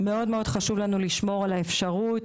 חשוב לנו מאוד על האפשרות,